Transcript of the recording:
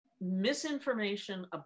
misinformation